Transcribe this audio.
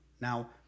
Now